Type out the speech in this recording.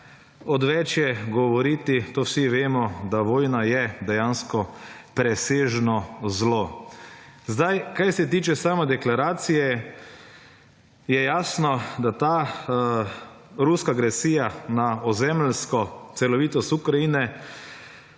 Odveč je govoriti, to vsi vemo, da vojna je dejansko presežno zlo. Kar se tiče same deklaracije je jasno, da ta ruska agresija na ozemeljsko celovitost Ukrajine,